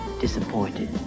Disappointed